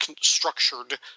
structured